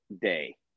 day